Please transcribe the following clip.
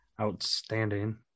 outstanding